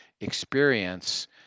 experience